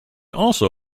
also